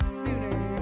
sooner